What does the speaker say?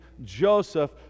joseph